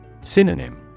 Synonym